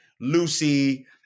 Lucy